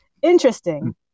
Interesting